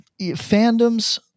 fandoms